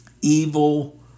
evil